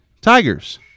Tigers